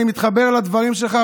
אני מתחבר לדברים שלך,